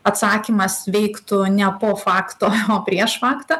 atsakymas veiktų ne po fakto o prieš faktą